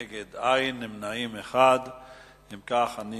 אין נגד, נמנעים, 1. אם כך, אני